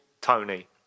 tony